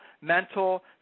mental